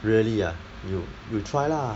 really ah you you try lah